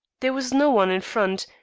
there was no one in front,